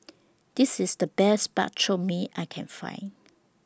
This IS The Best Bak Chor Mee I Can Find